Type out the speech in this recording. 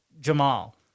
Jamal